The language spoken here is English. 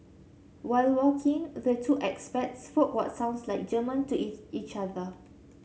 while walking the two expats spoke what sounds like German to each other